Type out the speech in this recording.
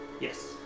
Yes